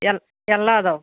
ಎಲ್ಲ ಎಲ್ಲ ಇದ್ದಾವು